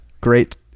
great